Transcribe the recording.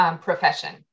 profession